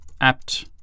apt